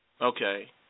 Okay